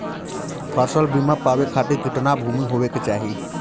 फ़सल बीमा पावे खाती कितना भूमि होवे के चाही?